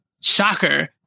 Shocker